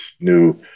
new